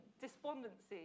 despondency